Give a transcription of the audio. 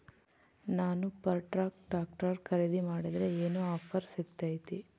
ನಾನು Farmtrac tractor ಖರೇದಿ ಮಾಡಿದ್ರೆ ಏನು ಆಫರ್ ಸಿಗ್ತೈತಿ?